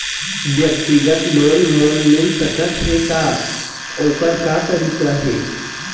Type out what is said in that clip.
व्यक्तिगत लोन मोल मिल सकत हे का, ओकर का तरीका हे?